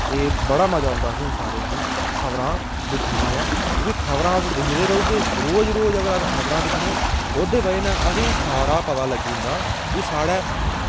ते बड़ा मज़ा औंदा असें सारें गी खबरां दिक्खना जां क्योंकि खबरां अस दिक्खदे रौह्गे रोज़ रोज़ अगर अस खबरां दिक्खने ते ओह्दी बजह कन्नै असेंगी सारा पता लग्गी जंदा कि साढ़े